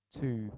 two